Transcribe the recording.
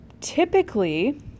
typically